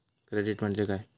Credit म्हणजे काय?